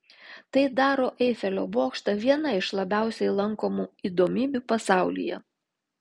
tai daro eifelio bokštą viena iš labiausiai lankomų įdomybių pasaulyje